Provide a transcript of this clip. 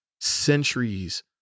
centuries